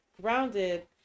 grounded